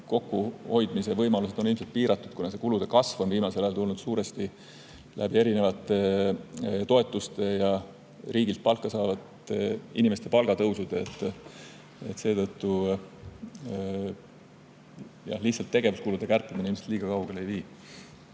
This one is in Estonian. kokkuhoidmise võimalused on piiratud, kuna kulude kasv on viimasel ajal tulnud suuresti läbi erinevate toetuste ja riigilt palka saavate inimeste palgatõusudelt. Seetõttu lihtsalt tegevuskulude kärpimine ilmselt liiga kaugele ei vii.